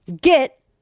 get